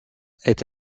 est